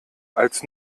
als